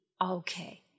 okay